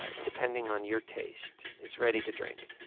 ah depending on your taste. it's ready to drink.